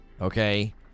okay